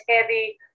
heavy